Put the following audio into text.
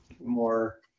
more